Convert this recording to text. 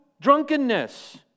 drunkenness